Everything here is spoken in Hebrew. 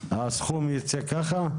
הסכום ייצא ככה?